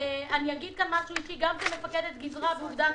אני אומרת לכם ש-20 שנה יורים על העוטף